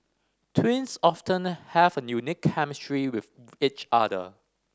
twins often have a unique chemistry with each other